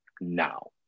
now